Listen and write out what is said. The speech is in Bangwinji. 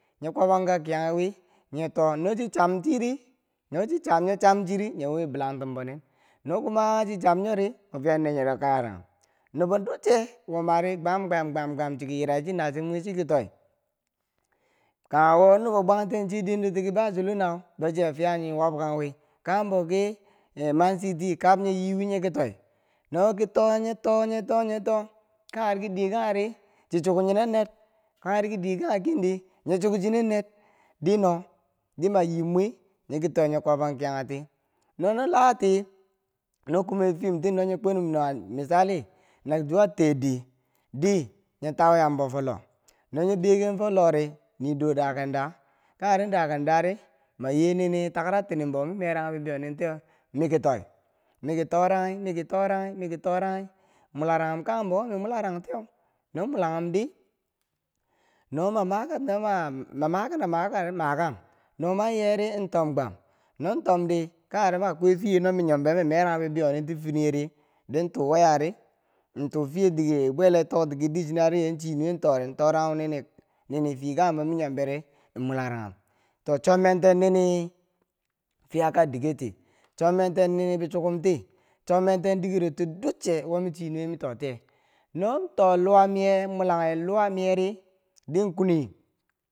Nye kwabangka ki yanghewi nye to. o nochi chamchiri nonye chamchiri nye wiwi balangh tumbonin no kuma chi chamnyori mo fiya nernyero kayaranghum nubo du che wo mari gwam gwam gwam gwam chiki yirai chi na chum wi chiti toi kanghe wo nubo bwangten che dendo ti ki bacalonau bo chiya fiya nyo nya wabkan wi kanghenboki manciti kab nyi yi wi nyiki toi no ki to. o nye to. o nye to. o nye to. o. Kangheri kide Kangheri chi chuk nyenen neer Kangheri kide Kanghe ken di nyi chukchinen neer diino dimayimwi nyeki to. o nye kwabangkiyanghe ti no nye lati no kumefimti no nyo kwenum misali na juwa teer di nyo tau yambo fo loh no nyi beken fo lo ri nii do dakengda kangheri dakenda ri ma ye nini takara tinimbo merang bibeiyo nin tiyeu miki toi miki to ranghi miki toranghi miki toranghi mularanghum kanghembo min mularang tiyeu no mulanghumdi noma maka makari makam no ma yeri in tomgwam no tomdi kangheri no akwai fiye mi nyomberi mamerang bibeiyonin ti finiyeri din tu weyari ntu fiye dike bwe lee tokti ki dicinariye ri chinuwe tori ntoranghu nini fiyekanghembo minyombori mularanghen to chobmenten ni ni fiyaka dikerti chobmenten ni ni bichukumti chobmen ten dikeroti duche wo mi chinuwe mi totiye no to. o luwanye mulanghi luwanyeri dinkwini.